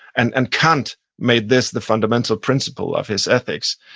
and and kant made this the fundamental principle of his ethics.